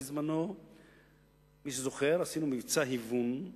בזמנו עשינו מבצע היוון,